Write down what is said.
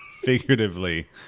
figuratively